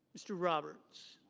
mr. roberts.